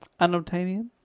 Unobtainium